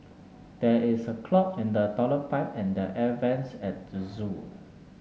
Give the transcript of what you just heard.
there is a clog in the toilet pipe and the air vents at the zoo